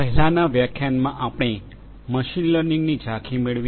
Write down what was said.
પહેલાનાં વ્યાખ્યાનમાં આપણે મશીન લર્નિંગની ઝાંખી મેળવી